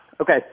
Okay